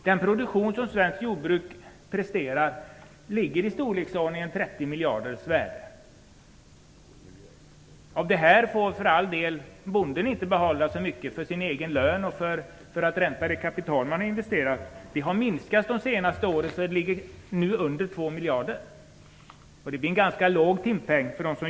Den produktion svenskt jordbruk presterar ligger i storleksordningen 30 miljarder kronor. Av det här får för all del bonden inte behålla så mycket för sin egen lön och för att förränta det kapital han investerat. Den delen har minskat de senaste åren och ligger nu under 2 miljarder. Det blir en ganska låg timpeng.